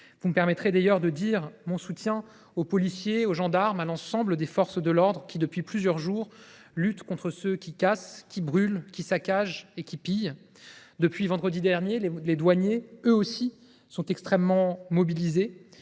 Vous me permettrez d’ailleurs d’exprimer mon soutien aux policiers, aux gendarmes et à l’ensemble des forces de l’ordre qui, depuis plusieurs jours, luttent contre ceux qui cassent, brûlent, saccagent et pillent. Depuis vendredi dernier, les douaniers sont, eux aussi, mobilisés